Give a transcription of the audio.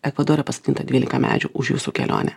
ekvadore pasodinta dvylika medžių už jūsų kelionę